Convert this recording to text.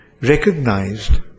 recognized